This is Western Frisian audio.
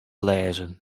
lêzen